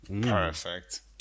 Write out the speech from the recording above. Perfect